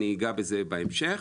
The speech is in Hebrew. אני אגע בזה בהמשך,